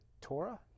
Torah